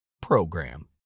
PROGRAM